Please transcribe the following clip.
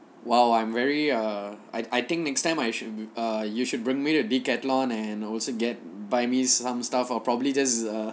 !wow! I am very uh I I think next time I should be err you should bring me to decathlon and also get buy me some stuff or probably just err